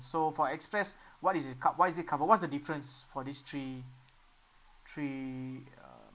so for express what is his co~ what is it cover what is the difference for these three three uh